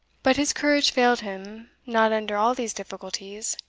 but his courage failed him not under all these difficulties,